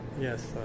Yes